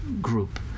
group